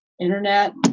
internet